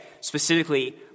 specifically